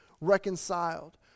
reconciled